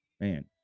Man